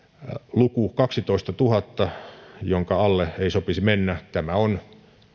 luku kaksitoistatuhatta jonka alle ei sopisi mennä tämä on